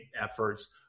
efforts